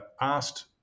asked